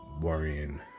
Worrying